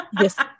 yes